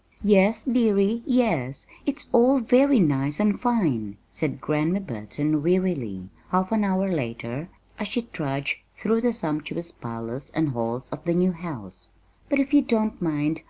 yes, dearie, yes, it's all very nice and fine, said grandma burton wearily, half an hour later as she trudged through the sumptuous parlors and halls of the new house but, if you don't mind,